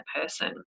person